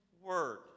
word